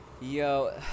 Yo